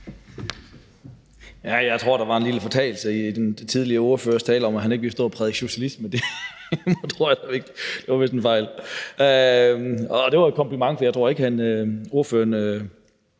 Jeg tror, der var en lille fortalelse i den tidligere ordførers tale om, at han ikke ville stå og prædike socialisme. Det tror jeg nu ikke, det var vist en fejl, og det var et kompliment, for jeg tror ikke, ordføreren